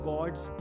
Gods